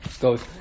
goes